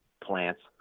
plants